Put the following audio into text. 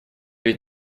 ведь